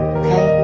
okay